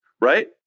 right